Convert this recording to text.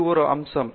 இது ஒரு அம்சம்